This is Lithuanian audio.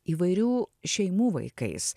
įvairių šeimų vaikais